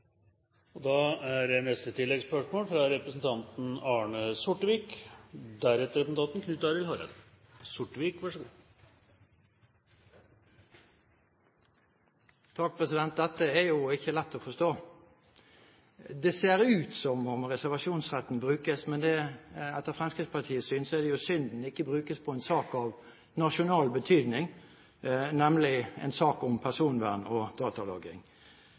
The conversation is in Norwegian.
Arne Sortevik – til oppfølgingsspørsmål. Dette er ikke lett å forstå. Det ser ut som om reservasjonsretten brukes, men etter Fremskrittspartiets syn er det synd den ikke brukes på en sak av nasjonal betydning, nemlig i saken om personvern og datalagring.